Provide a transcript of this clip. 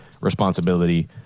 responsibility